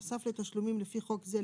נוסף לתשלומים לפי חוק זה,